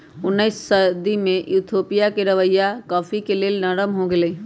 उनइस सदी में इथोपिया के रवैया कॉफ़ी के लेल नरम हो गेलइ